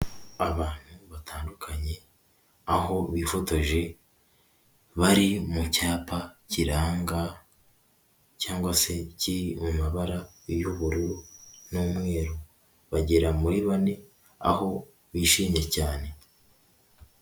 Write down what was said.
Abantu batandukanye, aho bifotoje bari mu cyapa kiranga cyangwa se kiri mu mabara y'ubururu n'umweru. Bagera muri bane aho bishimye cyane.